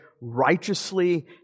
righteously